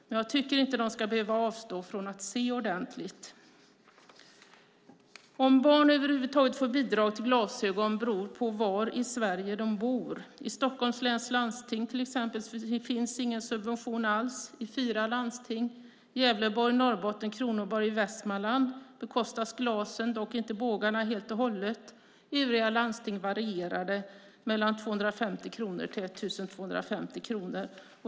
Men jag tycker inte att de ska behöva avstå från att se ordentligt. Om barn över huvud taget får bidrag till glasögon beror på var i Sverige de bor. I Stockholms läns landsting finns till exempel ingen subvention alls. I fyra landsting - Gävleborgs, Norrbottens, Kronobergs och Västmanlands landsting - bekostas glasen helt och hållet men inte bågarna. I övriga landsting varierar bidragen från 250 kronor till 1 250 kronor.